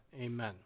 amen